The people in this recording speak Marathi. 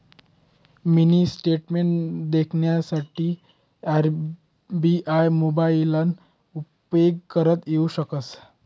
मिनी स्टेटमेंट देखानासाठे एस.बी.आय मोबाइलना उपेग करता येऊ शकस